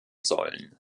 sollen